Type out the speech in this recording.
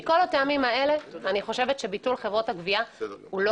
מכל הטעמים הללו אני חושבת שביטול חברות הגבייה הוא לא